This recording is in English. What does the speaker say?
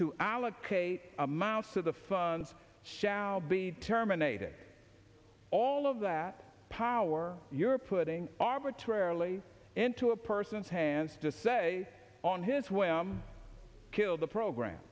to allocate amounts to the funds shall be terminated all of that power you're putting arbitrarily into a person's hands to say on his way i'm kill the program